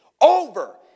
over